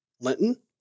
Linton